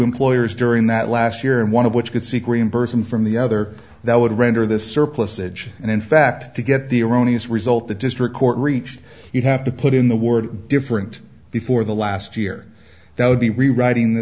employers during that last year and one of which could seek reimbursement from the other that would render the surplusage and in fact to get the erroneous result the district court reach you have to put in the word different before the last year that would be rewriting the